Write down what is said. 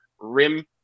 rim